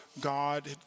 God